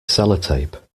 sellotape